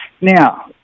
Now